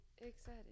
excited